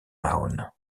mahone